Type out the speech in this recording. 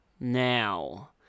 Now